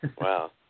wow